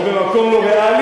או לא מקום ריאלי,